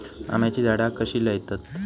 आम्याची झाडा कशी लयतत?